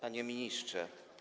Panie Ministrze!